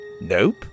Nope